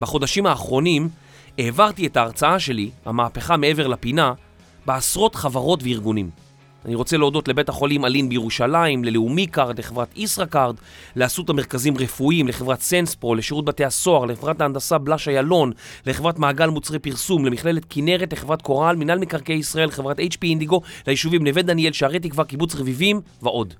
בחודשים האחרונים העברתי את ההרצאה שלי, המהפכה מעבר לפינה, בעשרות חברות וארגונים. אני רוצה להודות לבית החולים אלי"ן בירושלים, ללאומי קארד, לחברת ישראכרט, לאסותא מרכזים רפואיים, לחברת סנס פרו, לשירות בתי הסוהר, לחברת ההנדסה בלש אילון, לחברת מעגל מוצרי פרסום, למכללת כנרת, לחברת קוראל, מנהל מקרקעי ישראל, לחברת אייטש פי אינדיגו, לישובים נווה דניאל, שערי תקווה, קיבוץ רביבים, ועוד.